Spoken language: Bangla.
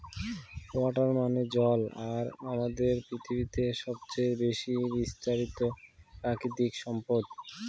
ওয়াটার মানে জল আর আমাদের পৃথিবীতে সবচেয়ে বেশি বিস্তারিত প্রাকৃতিক সম্পদ